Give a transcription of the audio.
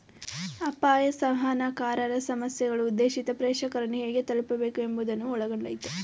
ಅಪಾಯ ಸಂವಹನಕಾರರ ಸಮಸ್ಯೆಗಳು ಉದ್ದೇಶಿತ ಪ್ರೇಕ್ಷಕರನ್ನು ಹೇಗೆ ತಲುಪಬೇಕು ಎಂಬುವುದನ್ನು ಒಳಗೊಂಡಯ್ತೆ